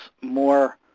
more